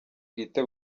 bwite